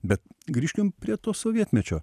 bet grįžkim prie to sovietmečio